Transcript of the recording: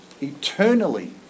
eternally